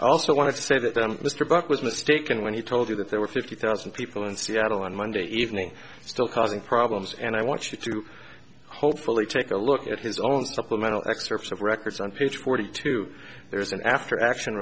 also want to say that then mr buck was mistaken when he told you that there were fifty thousand people in seattle on monday evening still causing problems and i want you to hopefully take a look at his own supplemental excerpts of records on page forty two there is an after action